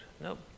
Nope